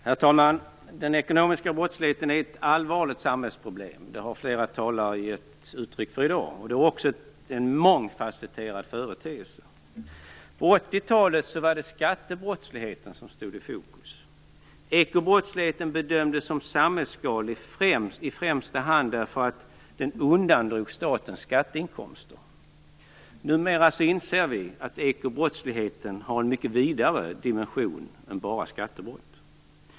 Herr talman! Den ekonomiska brottsligheten är ett allvarligt samhällsproblem - det har flera talare givit uttryck för i dag - och det är också en mångfasetterad företeelse. På 80-talet var det skattebrottsligheten som stod i fokus. Ekobrottsligheten bedömdes som samhällsskadlig främst därför att den undandrog staten skatteinkomster. Numera inser vi att ekobrottsligheten har en mycket vidare dimension än bara skattebrott.